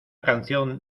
canción